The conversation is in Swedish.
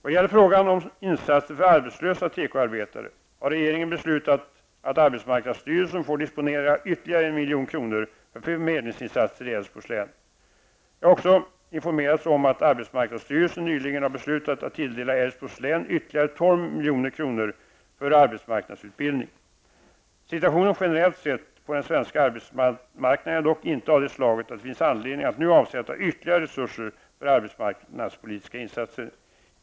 Vad gäller frågan om insatser för arbetslösa tekoarbetare har regeringen beslutat att arbetsmarknadsstyrelsen får disponera ytterligare 1 milj.kr. för förmedlingsinsatser i Älvsborgs län. Jag har också informerats om att arbetsmarknadsstyrelsen nyligen har beslutat att tilldela Älvsborgs län ytterligare 12 milj.kr. för arbetsmarknadsutbildning. Situationen generellt sett på den svenska arbetsmarknaden är dock inte av det slaget att det finns anledning att nu avsätta ytterligare resurser för arbetsmarknadspolitiska insatser.